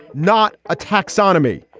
not a taxonomy,